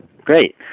Great